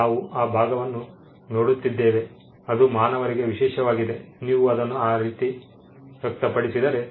ನಾವು ಆ ಭಾಗವನ್ನು ನೋಡುತ್ತಿದ್ದೇವೆ ಅದು ಮಾನವರಿಗೆ ವಿಶೇಷವಾಗಿದೆ ನೀವು ಅದನ್ನು ಆ ರೀತಿ ವ್ಯಕ್ತಪಡಿಸಿದರೆ